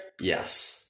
Yes